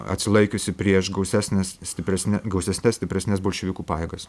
atsilaikiusi prieš gausesnes stipresni gausesnes stipresnes bolševikų pajėgas